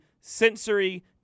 sensory